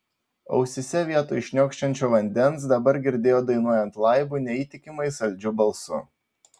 ausyse vietoj šniokščiančio vandens dabar girdėjo dainuojant laibu neįtikimai saldžiu balsu